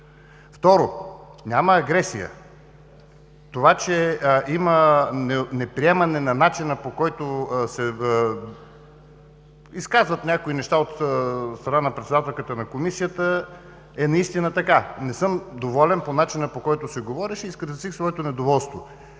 Второ, няма агресия. Това, че има неприемане на начина, по който се изказват някои неща от председателката на Комисията, е така. Не съм доволен от начина, по който се говореше, и изразих своето недоволство.